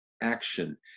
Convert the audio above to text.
action